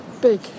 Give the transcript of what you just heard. big